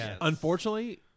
Unfortunately